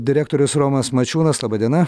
direktorius romas mačiūnas laba diena